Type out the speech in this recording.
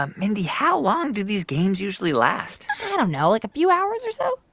ah mindy, how long do these games usually last? i don't know. like, a few hours or so